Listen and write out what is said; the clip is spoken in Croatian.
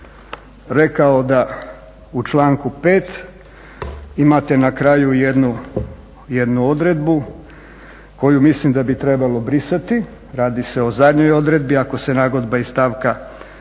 rekao da u članku 5. imate na kraju jednu odredbu koju mislim da bi trebalo brisati. Radi se o zadnjoj odredbi, ako se nagodba iz stavka